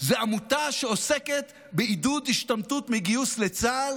זו עמותה שעוסקת בעידוד השתמטות מגיוס לצה"ל